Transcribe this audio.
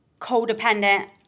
codependent